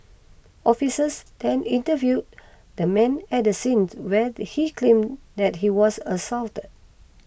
officers then interviewed the man at the scene where he claimed that he was assaulted